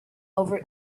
over